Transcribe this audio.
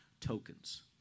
Tokens